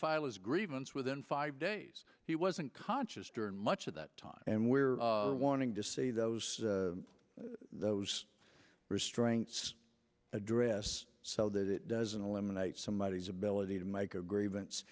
file as grievance within five days he wasn't conscious during much of that time and we're wanting to see those those restraints address so that it doesn't eliminate somebody ability to make a grievance